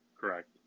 Correct